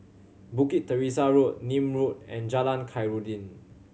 Bukit Teresa Road Nim Road and Jalan Khairuddin